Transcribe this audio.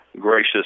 gracious